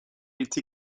été